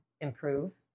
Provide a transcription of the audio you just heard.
improve